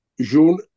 June